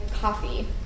coffee